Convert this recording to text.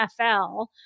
NFL